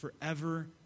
forever